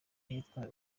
n’ahitwa